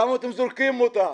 למה אתם זורקים אותה?